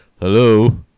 hello